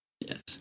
Yes